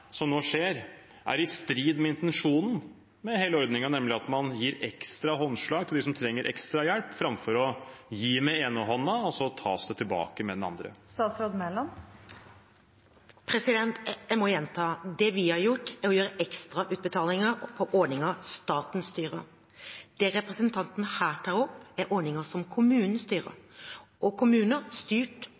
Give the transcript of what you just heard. i strid med intensjonen med hele ordningen, nemlig å gi et ekstra håndslag til dem som trenger ekstra hjelp, framfor å gi med den ene hånden og så ta det tilbake med den andre? Jeg må gjenta: Det vi har gjort, er å gjøre ekstrautbetalinger gjennom ordninger som staten styrer. Det representanten her tar opp, er ordninger som kommunen styrer – og kommuner er styrt